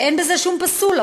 שאין בזה שום פסול,